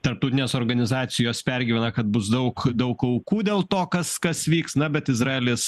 tarptautinės organizacijos pergyvena kad bus daug daug aukų dėl to kas kas vyks na bet izraelis